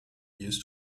used